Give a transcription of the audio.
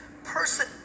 person